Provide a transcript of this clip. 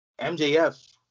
MJF